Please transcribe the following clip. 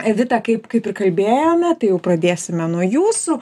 edita kaip kaip ir kalbėjome tai jau pradėsime nuo jūsų